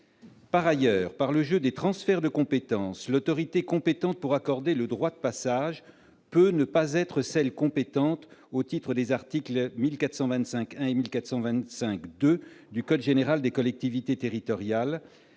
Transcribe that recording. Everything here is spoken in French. Par ailleurs, par le jeu des transferts de compétences, l'autorité compétente pour accorder le droit de passage peut ne pas être celle compétente au titre des articles L. 1425-1 et L. 1425-2 du code général des collectivités territoriales.